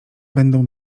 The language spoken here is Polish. będą